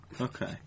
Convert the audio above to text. Okay